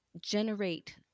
generate